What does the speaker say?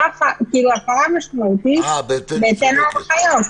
כאילו "הפרה משמעותית בהתאם להנחיות".